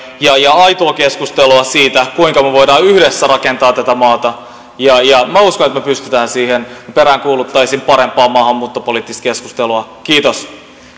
ja ja aitoa keskustelua siitä kuinka me voimme yhdessä rakentaa tätä maata minä uskon että me pystymme siihen peräänkuuluttaisin parempaa maahanmuuttopoliittista keskustelua kiitos